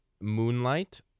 Moonlight